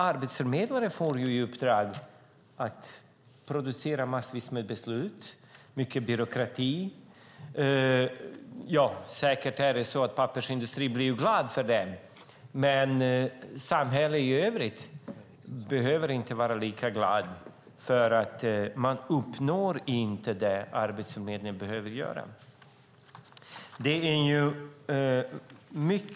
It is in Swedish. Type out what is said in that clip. Arbetsförmedlare får i uppdrag att producera massvis med beslut. Det handlar om mycket byråkrati. Säkert blir pappersindustrin glad för det. Men i det övriga samhället behöver man inte vara lika glad eftersom Arbetsförmedlingen inte uppnår det som den behöver göra. Herr talman!